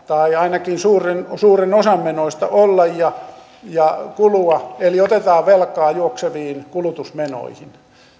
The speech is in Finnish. tai ainakin suurimman osan menoista olla ja ja kulua eli otetaan velkaa juokseviin kulutusmenoihin